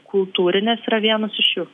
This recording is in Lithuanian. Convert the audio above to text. kultūrinės yra vienos iš jų